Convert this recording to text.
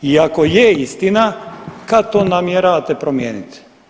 I ako je istina, kat to namjeravate promijeniti?